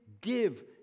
give